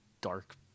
dark